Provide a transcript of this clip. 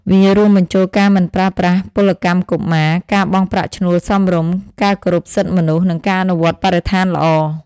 វារួមបញ្ចូលការមិនប្រើប្រាស់ពលកម្មកុមារ ការបង់ប្រាក់ឈ្នួលសមរម្យ ការគោរពសិទ្ធិមនុស្ស និងការអនុវត្តបរិស្ថានល្អ ។